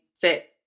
fit